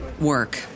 work